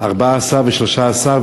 14 ו-13.